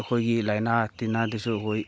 ꯑꯩꯈꯣꯏꯒꯤ ꯂꯥꯏꯅꯥ ꯇꯤꯟꯅꯥꯗꯁꯨ ꯑꯩꯈꯣꯏ